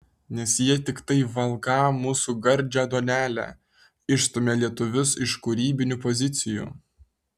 nes jie tiktai valgą mūsų gardžią duonelę išstumią lietuvius iš kūrybinių pozicijų